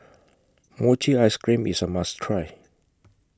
Mochi Ice Cream IS A must Try